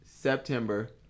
September